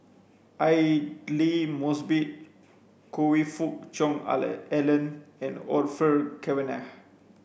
Aidli Mosbit Choe Fook Cheong Alan Alan and Orfeur Cavenagh